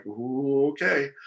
okay